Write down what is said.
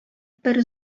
бер